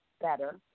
better